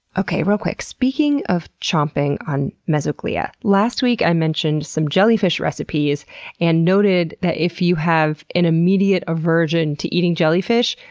okay, real quick. speaking of chomping on mesoglea. last week i mentioned some jellyfish recipes and noted that if you have an immediate aversion to eating jellyfish,